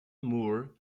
moore